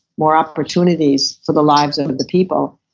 more opportunities for the lives of the people?